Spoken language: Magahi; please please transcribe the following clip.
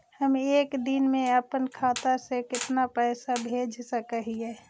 हम एक दिन में अपन खाता से कितना पैसा भेज सक हिय?